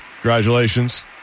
Congratulations